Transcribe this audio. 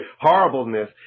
horribleness